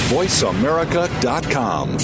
VoiceAmerica.com